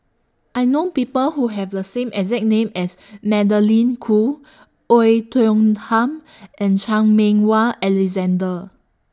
I know People Who Have The same exact name as Magdalene Khoo Oei Tiong Ham and Chan Meng Wah Alexander